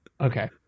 Okay